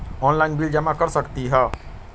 Online bill जमा कर सकती ह?